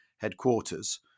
headquarters